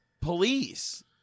police